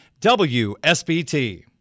WSBT